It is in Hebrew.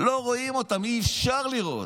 לא רואים אותם, אי-אפשר לראות.